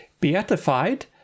beatified